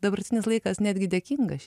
dabartinis laikas netgi dėkingaš